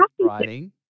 writing